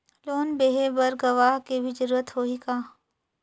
Loan लेहे बर गवाह के भी जरूरत होही का?